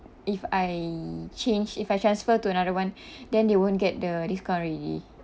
if I change if I transfer to another one then they won't get the discount already